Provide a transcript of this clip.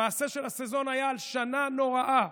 המעשה של הסזון היה הלשנה נוראה.